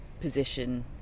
position